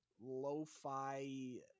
lo-fi